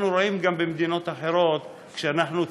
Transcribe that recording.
אנחנו רואים גם במדינות אחרות,